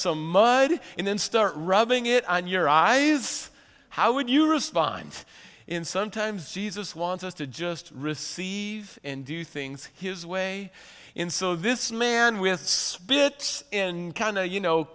some mud and then start rubbing it on your eyes how would you respond in sometimes jesus wants us to just receive and do things his way in so this man with his bit in kind of you know